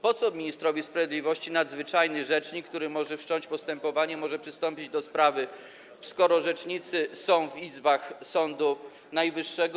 Po co ministrowi sprawiedliwości nadzwyczajny rzecznik, który może wszcząć postępowanie, może przystąpić do sprawy, skoro rzecznicy są w izbach Sądu Najwyższego?